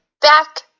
back